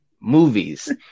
movies